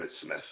Smith